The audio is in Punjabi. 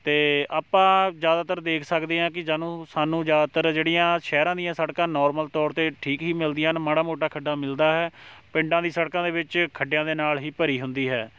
ਅਤੇ ਆਪਾਂ ਜ਼ਿਆਦਾਤਰ ਦੇਖ ਸਕਦੇ ਹਾਂ ਕਿ ਸਾਨੂੰ ਸਾਨੂੰ ਜ਼ਿਆਦਾਤਰ ਜਿਹੜੀਆਂ ਸ਼ਹਿਰਾਂ ਦੀਆਂ ਸੜਕਾਂ ਨੋਰਮਲ ਤੌਰ 'ਤੇ ਠੀਕ ਹੀ ਮਿਲਦੀਆਂ ਹਨ ਮਾੜਾ ਮੋਟਾ ਖੱਡਾ ਮਿਲਦਾ ਹੈ ਪਿੰਡਾਂ ਦੀ ਸੜਕਾਂ ਦੇ ਵਿੱਚ ਖੱਡਿਆਂ ਦੇ ਨਾਲ਼ ਹੀ ਭਰੀ ਹੁੰਦੀ ਹੈ